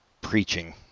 preaching